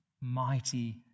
mighty